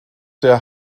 der